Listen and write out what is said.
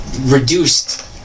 reduced